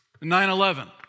9-11